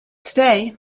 today